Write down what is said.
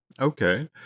okay